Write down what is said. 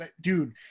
dude